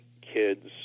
kids